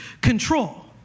control